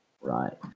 Right